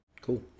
cool